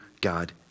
God